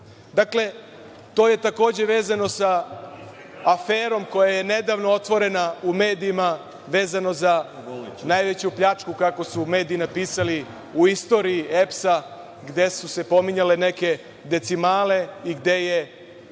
Srbije. Dakle, to je takođe vezano sa aferom koja je nedavno otvorena u medijima, vezano za najveću pljačku, kako su mediji napisali, u istoriji EPS-a gde su se pominjale neke decimale i gde je